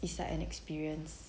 it's like an experience